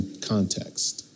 Context